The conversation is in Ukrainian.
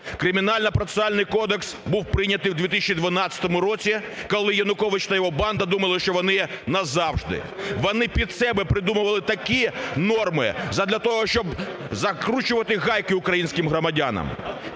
Кримінально-процесуальний кодекс був прийнятий в 2012 році, коли Янукович та його банда думали, що вони назавжди. Вони під себе придумували такі норми задля того, щоб "закручувати гайки" українським громадянам.